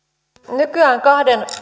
nykyään kahden